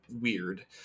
weird